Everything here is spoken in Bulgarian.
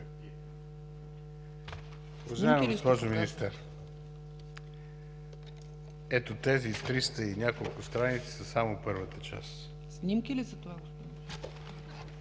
Снимки ли са това?